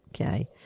Okay